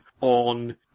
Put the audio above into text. on